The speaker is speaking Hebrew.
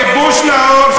כיבוש נאור.